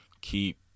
keep